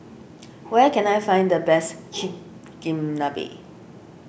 where can I find the best Chigenabe